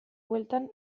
bueltan